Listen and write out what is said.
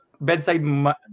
bedside